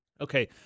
Okay